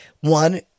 one